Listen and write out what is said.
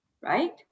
right